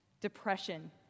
depression